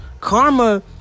Karma